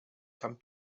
come